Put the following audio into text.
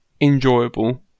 enjoyable